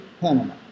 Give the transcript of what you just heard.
Panama